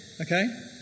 Okay